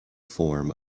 form